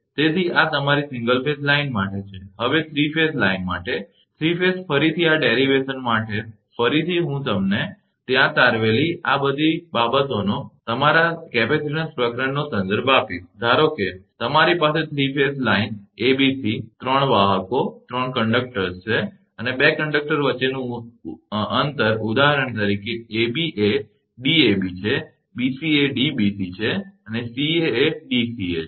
તેથી આ તમારી સિંગલ ફેઝ લાઇન માટે છે હવે 3 ફેઝ લાઇન માટે 3 phase ફરીથી આ વ્યુત્પત્તિ માટે ફરીથી હું તમને ત્યાં તારવેલી આ બધી બાબતોનો તમારા કેપેસિટીન્સ પ્રકરણનો સંદર્ભ આપીશ ધારો કે તમારી પાસે 3 ફેઝ લાઇન એબીસી 3 વાહકો ત્યાં છે અને 2 કંડક્ટર વચ્ચેનું અંતર ઉદાહરણ તરીકે ab એ Dabછે bc એ Dbc છે અને ca એ Dca છે